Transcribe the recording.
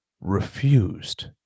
refused